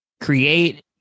create